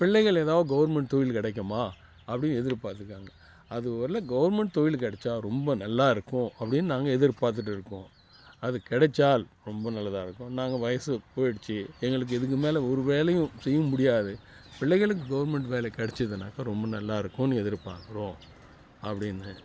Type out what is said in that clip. பிள்ளைகள் எதாவது கவர்மெண்ட் தொழில் கிடைக்குமா அப்படினு எதிர் பார்த்துருக்காங்க அதுவரைலும் கவர்மெண்ட் தொழில் கிடைச்சா ரொம்ப நல்லா இருக்கும் அப்படின்னு நாங்கள் எதிர் பார்த்துட்டு இருக்கோம் அது கிடைச்சால் ரொம்ப நல்லதாக இருக்கும் நாங்கள் வயசு போய்டிச்சு எங்களுக்கு இதுக்குமேல் ஒரு வேலையும் செய்யவும் முடியாது பிள்ளைகளுக்கு கவர்மெண்ட் வேலை கிடைச்சிதுன்னாக்க ரொம்ப நல்லா இருக்கும்ன்னு எதிர் பார்க்குறோம் அப்படின்னு